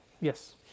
Yes